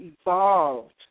evolved